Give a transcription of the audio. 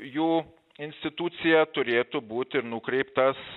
jų institucija turėtų būti nukreiptas